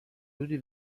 حدودی